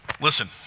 listen